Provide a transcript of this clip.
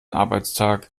arbeitstag